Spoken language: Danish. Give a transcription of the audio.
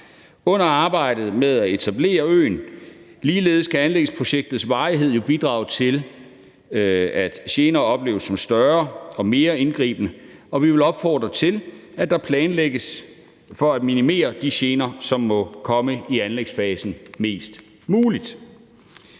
under arbejdet med at etablere øen. Ligeledes kan anlægsprojektets varighed jo bidrage til, at gener opleves som større og mere indgribende, og vi vil opfordre til, at der planlægges for at minimere de gener, som må komme i anlægsfasen, mest muligt.